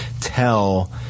tell